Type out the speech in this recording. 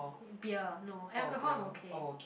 beer no alcohol I'm okay